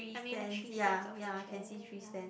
I mean three stands of the chair ya